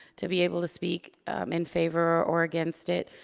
to be able to speak in favor or against it.